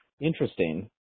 interesting